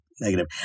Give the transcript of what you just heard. negative